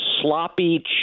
sloppy